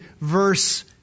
verse